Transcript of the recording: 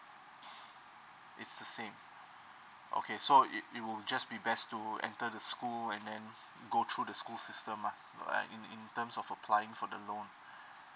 is the same so it's it will just be best to enter the school and then go through the school system lah uh in in terms of applying for the loan